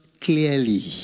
clearly